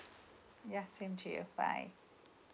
ya same to you bye